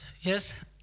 Yes